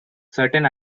certain